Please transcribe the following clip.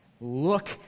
Look